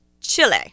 Chile